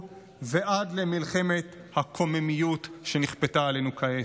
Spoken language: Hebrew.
ועד מלחמת הקוממיות שנכפתה עלינו כעת.